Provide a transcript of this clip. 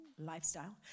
lifestyle